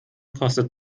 kostet